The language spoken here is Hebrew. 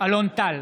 אלון טל,